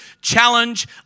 challenge